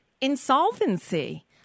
insolvency